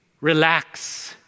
relax